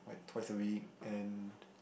like twice a week and